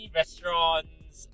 restaurants